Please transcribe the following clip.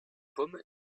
pommes